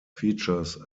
features